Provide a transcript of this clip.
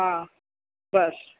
हा बसि